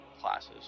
classes